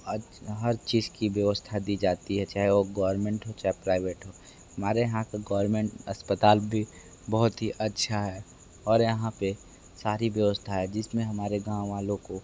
अज हर चीज़ की व्यवस्था दी जाती है चाहे वो गवरमेंट हो चाहे प्राइवेट हो हमारे यहाँ का गवरमेंट अस्पताल भी बहुत ही अच्छा है और यहाँ पर सारी व्यवस्था है जिसमें हमारे गाँव वालों को